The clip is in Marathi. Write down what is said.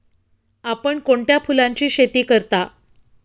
आपण कोणत्या फुलांची शेती करता?